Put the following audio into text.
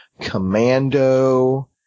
Commando